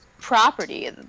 property